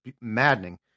maddening